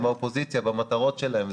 עם האופוזיציה במטרות שלהם,